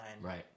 Right